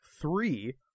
Three